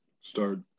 Start